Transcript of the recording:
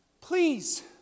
Please